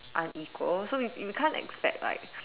unequal so if you can't expect like